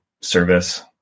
service